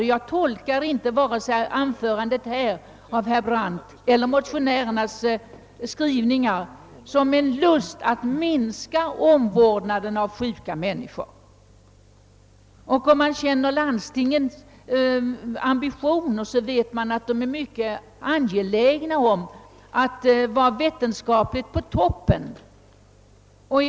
Jag tolkar inte vare sig herr Brandts anförande här eller motionärernas skrivning som uttryck för en lust att minska omvårdnaden av sjuka människor. Om man känner till landstingens ambitioner, vet man att landstingen är mycket angelägna om att vetenskapligt befinna sig på toppen.